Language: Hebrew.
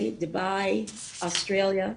באוסטרליה.